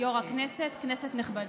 יו"ר הישיבה, כנסת נכבדה,